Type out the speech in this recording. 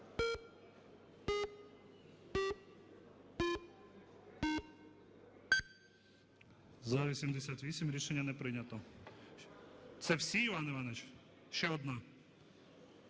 За-88 Рішення не прийнято. Це всі, Іван Іванович? Ще одна.